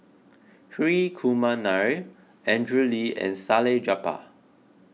Hri Kumar Nair Andrew Lee and Salleh Japar